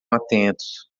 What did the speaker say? atentos